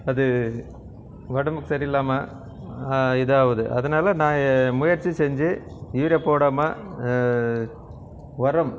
அது உடம்புக்கு சரியில்லாமல் இதாகுது அதனால் நான் முயற்சி செஞ்சு யூரியா போடாமல் உரம்